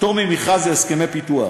פטור ממכרז להסכמי פיתוח,